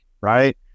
right